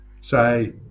Say